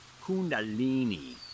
Kundalini